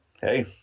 hey